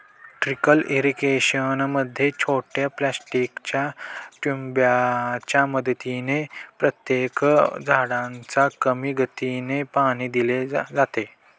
trickle irrigation मध्ये छोट्या प्लास्टिकच्या ट्यूबांच्या मदतीने प्रत्येक झाडाला कमी गतीने पाणी दिले जाते